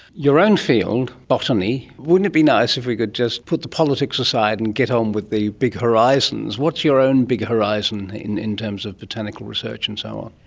your own field, botany, wouldn't it be nice if we could just put the politics aside and get on with the big horizons. what's your own big horizon in in terms of botanical research and so on?